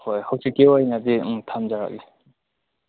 ꯍꯣꯏ ꯍꯧꯖꯤꯛꯀꯤ ꯑꯣꯏꯅꯗꯤ ꯊꯝꯖꯔꯒꯦ